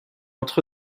entre